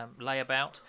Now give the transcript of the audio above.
layabout